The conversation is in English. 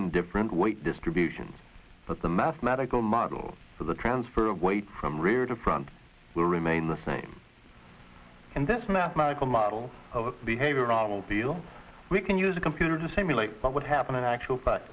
in different weight distributions but the mathematical models for the transfer of weight from rear to front will remain the same in this mathematical model of behavior i will deal we can use a computer to simulate what would happen in actual fact